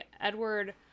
edward